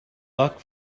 luck